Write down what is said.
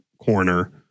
corner